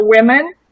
women